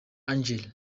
angel